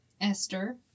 Esther